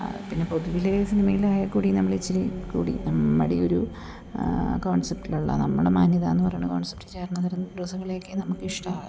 പിന്നെ പൊതുവിലെ സിനിമയിലായാൽ കൂടി നമ്മൾ ഇച്ചിരി കൂടി നമ്മുടെ ഒരു കോൺസെപ്റ്റിലുള്ള നമ്മുടെ മാന്യത എന്ന് പറയണത് കോൺസെപ്റ്റ് ചേർന്നു വരുന്ന ഡ്രെസ്സുകളൊക്കെ നമുക്ക് ഇഷ്ടാകാറുള്ളൂ